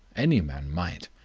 any man might.